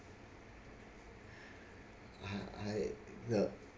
I I uh